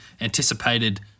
anticipated